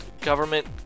government